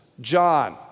John